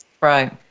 Right